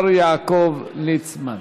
הבריאות, השר יעקב ליצמן.